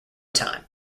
time